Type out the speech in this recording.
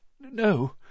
No